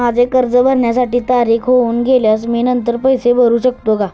माझे कर्ज भरण्याची तारीख होऊन गेल्यास मी नंतर पैसे भरू शकतो का?